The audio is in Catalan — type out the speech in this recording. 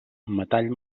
metall